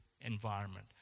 environment